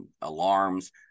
alarms